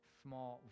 small